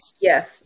Yes